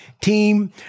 team